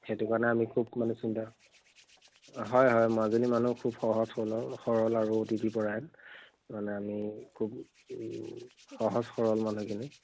সেইটো কাৰণে আমি খুব মানে চিন্তা হয় হয় মাজলী মানুহ খুব সহজ সৰল আৰু অতিথি পৰায়ণ আহন মানে আমি খুব সহজ সৰল মানুহখিনি